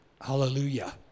Hallelujah